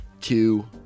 two